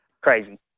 Crazy